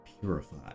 purify